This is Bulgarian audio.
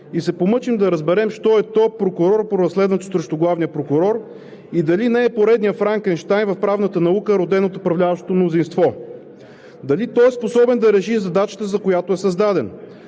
и се помъчим да разберем що е то прокурор по разследването срещу главния прокурор и дали не е поредният Франкенщайн в правната наука, роден от управляващото мнозинство?! Дали той е способен да реши задачата, за която е създаден?!